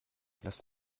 lasst